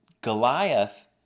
Goliath